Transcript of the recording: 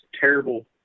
terrible